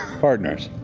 partners.